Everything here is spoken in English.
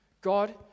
God